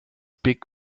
big